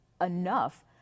enough